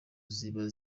ziba